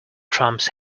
trumps